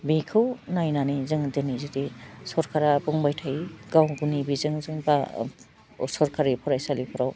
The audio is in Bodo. बेखौ नायनानै जों दिनै जुदि सरकारा बुंबाय थायो गाव गावनि बिजों जों बा सरकारि फरायसालिफ्राव